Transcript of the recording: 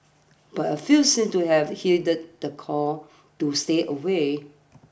but a few seemed to have heeded the call to stay away